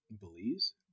Belize